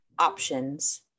options